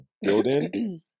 building